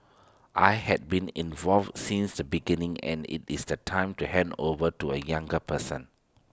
I had been involved since the beginning and IT is the time to hand over to A younger person